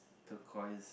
turquoise